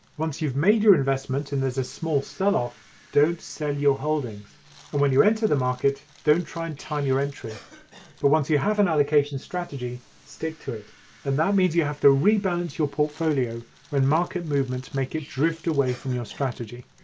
once you've made your investment and there's a small sell-off don't sell your holdings and when you enter the market don't try and time your entry but once you have an allocation strategy stick to it and that means you have to rebalance your portfolio when market movements make it drift away from your strategy.